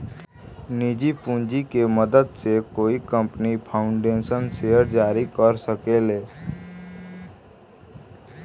निजी पूंजी के मदद से कोई कंपनी फाउंडर्स शेयर जारी कर सके ले